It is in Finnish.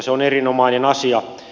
se on erinomainen asia